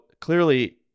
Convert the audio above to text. clearly